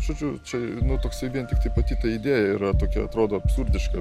žodžiu čia nu toks vien tiktai pati ta idėja yra tokia atrodo absurdiška